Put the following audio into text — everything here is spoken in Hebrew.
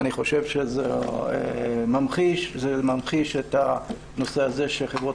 אני חושב שזה ממחיש את הנושא הזה שחברות